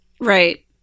Right